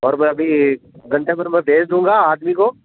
और मैं अभी घंटे भर में भेज दूँगा आदमी को